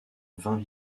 vingt